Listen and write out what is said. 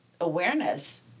awareness